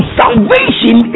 salvation